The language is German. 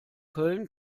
köln